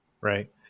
Right